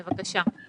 בבקשה.